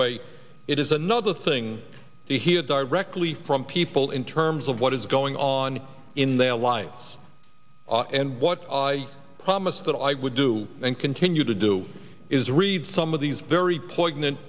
way it is another thing to hear directly from people in terms of what is going on in their lives and what i promised that i would do and continue to do is read some of these very poi